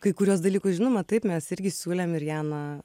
kai kuriuos dalykus žinoma taip mes irgi siūlėm ir jana